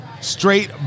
straight